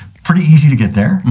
pretty easy to get there.